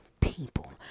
people